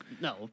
no